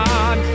God